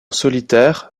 solitaire